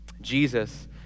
Jesus